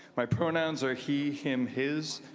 my pronouns are he him his.